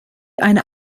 eine